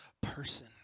person